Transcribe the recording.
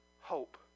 hope